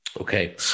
Okay